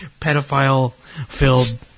pedophile-filled